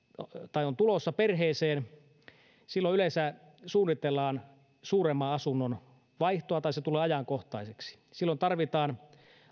on tulossa perheeseen yleensä suunnitellaan vaihtoa suurempaan asuntoon tai se tulee ajankohtaiseksi silloin tarvitaan